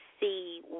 see